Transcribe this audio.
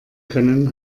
können